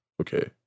Okay